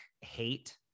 hate